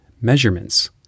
measurements